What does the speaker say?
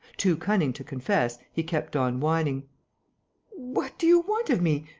too cunning to confess, he kept on whining what do you want of me.